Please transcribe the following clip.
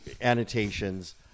annotations